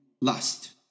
lust